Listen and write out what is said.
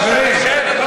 חברים,